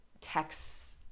texts